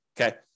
okay